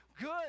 good